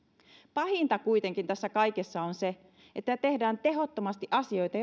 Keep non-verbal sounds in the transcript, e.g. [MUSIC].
pahinta kuitenkin tässä kaikessa on se että tehdään tehottomasti asioita [UNINTELLIGIBLE]